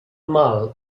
mal